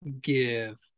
give